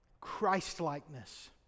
Christlikeness